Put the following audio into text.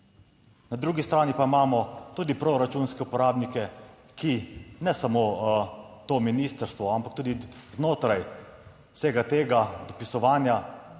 Na drugi strani pa imamo tudi proračunske uporabnike, ki ne samo to ministrstvo, ampak tudi znotraj vsega tega dopisovanja